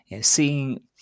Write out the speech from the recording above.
Seeing